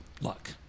luck